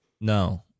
No